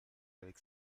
avec